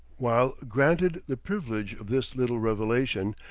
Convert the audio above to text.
while granted the privilege of this little revelation,